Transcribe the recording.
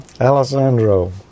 Alessandro